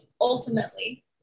ultimately